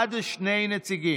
עד שני נציגים.